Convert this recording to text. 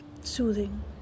soothing